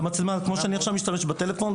זה מצלמה כמו שיש לי בטלפון.